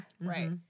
Right